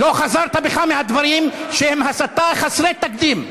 לא חזרת בך מהדברים, שהם הסתה חסרת תקדים.